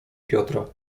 piotra